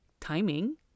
timing